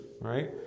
Right